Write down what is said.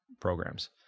programs